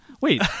wait